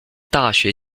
大学